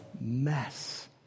mess